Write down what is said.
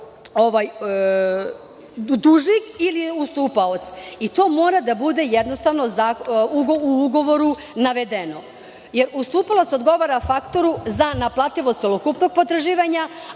dužnik ili je ustupaoc. To mora da bude u ugovoru navedeno, jer ustupalac odgovara faktoru za naplativost celokupnog potraživanja.